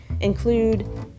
include